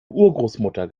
urgroßmutter